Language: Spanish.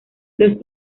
los